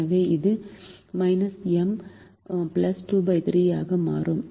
எனவே இது 3 M 23 ஆக மாறும்